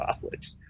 college